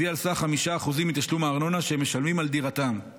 והיא על סך 5% מתשלום הארנונה שהם משלמים על דירתם,